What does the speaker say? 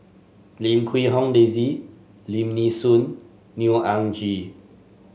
Lim Quee Hong Daisy Lim Nee Soon Neo Anngee